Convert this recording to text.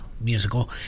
musical